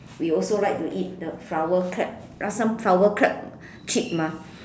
we also like to eat the flower crab last time flower crab cheap mah